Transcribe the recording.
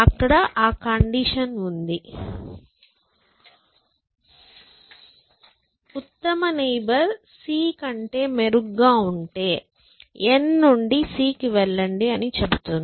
అక్కడ ఆ కండిషన్ ఉంది ఉత్తమ నైబర్ c కంటే మెరుగ్గా ఉంటే n నుండి c కి వెళ్లండి అని చెబుతుంది